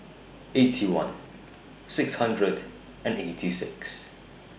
Eighty One six hundred and eighty six